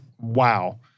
Wow